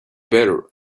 better